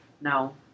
No